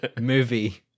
movie